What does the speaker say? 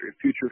Future